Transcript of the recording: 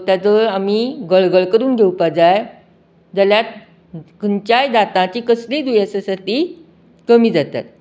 ताचो आमी गलगलो करून घेवपा जाय जाल्यार खंयच्याय दाताची कसलीय दुयेसा आसा ती कमी जातात